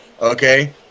okay